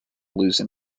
losing